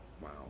Wow